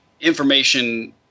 information